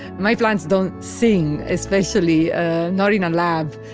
my plants don't sing, especially not in a lab.